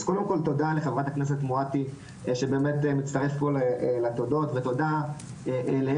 אז קודם כל תודה לחברת הכנסת מואטי שבאמת מצטרף פה לתודות ותודה לארז